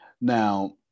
Now